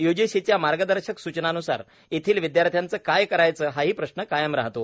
युजीसीच्या मार्गदर्शक सूचनांन्सार येथील विद्यार्थ्यांच काय करायचं हाही प्रश्न कायम राहतो